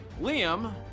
Liam